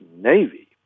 Navy